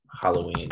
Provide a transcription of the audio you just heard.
Halloween